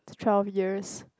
twelve years